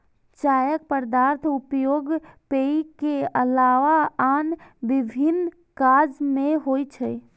चायक पातक उपयोग पेय के अलावा आन विभिन्न काज मे होइ छै